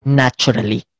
naturally